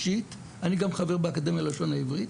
אני גם חבר באקדמיה ללשון העברית,